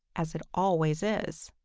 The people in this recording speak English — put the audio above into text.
as it always is.